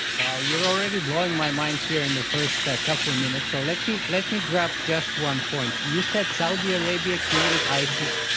wow, you are already blowing my mind here in the first couple of minutes, so let me let me grab just one point. you said, saudi arabia created isis.